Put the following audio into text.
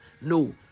no